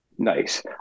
Nice